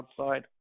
outside